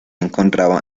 encontraba